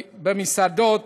במסעדות,